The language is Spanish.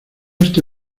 este